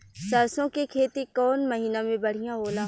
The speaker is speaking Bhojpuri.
सरसों के खेती कौन महीना में बढ़िया होला?